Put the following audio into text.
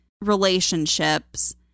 relationships